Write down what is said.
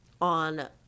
on